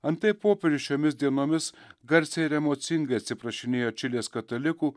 antai popiežius šiomis dienomis garsiai ir emocingai atsiprašinėjo čilės katalikų